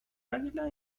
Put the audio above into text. águila